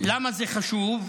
ולמה זה חשוב?